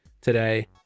today